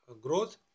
growth